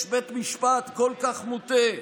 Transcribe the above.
יש בית משפט כל כך מוטה,